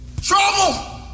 Trouble